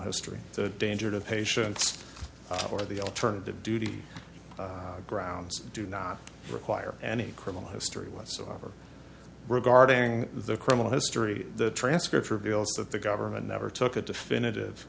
history the danger to patients or the alternative duty grounds do not require any criminal history whatsoever regarding the criminal history the transcript reveals that the government never took a definitive